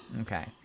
Okay